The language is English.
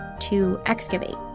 to excavate.